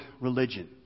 religion